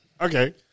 Okay